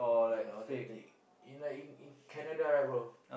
ya or then they in like in in Canada right bro